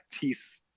teeth